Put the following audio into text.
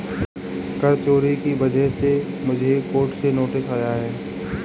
कर चोरी की वजह से मुझे कोर्ट से नोटिस आया है